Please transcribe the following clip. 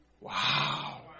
Wow